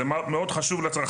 זה מאוד חשוב לצרכנים.